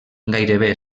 gairebé